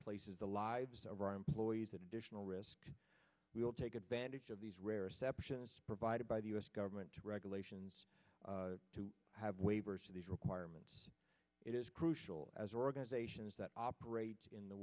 places the lives of our employees an additional risk we will take advantage of these rare exceptions provided by the us government regulations to have waivers for these requirements it is crucial as organizations that operate in the